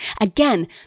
Again